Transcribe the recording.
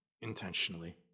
intentionally